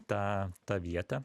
tą tą vietą